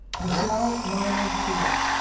michelle miner seal,